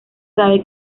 sabe